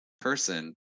person